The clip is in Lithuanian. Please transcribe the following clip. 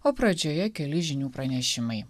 o pradžioje keli žinių pranešimai